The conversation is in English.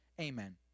Amen